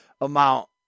amount